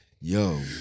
yo